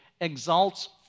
exalts